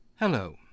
Hello